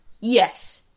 yes